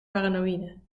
paranoïde